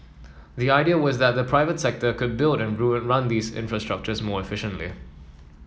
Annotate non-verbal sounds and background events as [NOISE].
the idea was that the private sector could build and [UNINTELLIGIBLE] run these infrastructures more efficiently